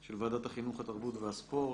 של ועדת החינוך, התרבות והספורט.